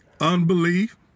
unbelief